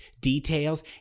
details